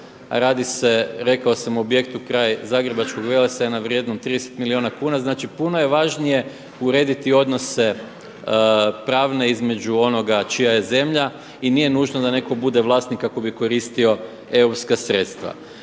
radi se rekao sam o objektu kraj zagrebačkog Velesajma vrijednom 30 milijuna kuna. Znači puno je važnije urediti odnose pravne između onoga čija je zemlja i nije nužno da neko bude vlasnik ako bi koristio europska sredstva.